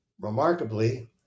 remarkably